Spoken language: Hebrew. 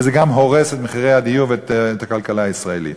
וזה גם הורס את מחירי הדיור ואת הכלכלה הישראלית.